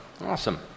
Awesome